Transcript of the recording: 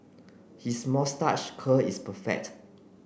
his curl is perfect